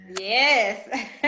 Yes